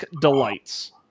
delights